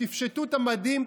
תפשטו את המדים,